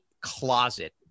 closet